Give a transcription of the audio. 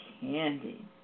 candy